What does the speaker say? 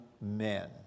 men